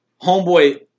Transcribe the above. homeboy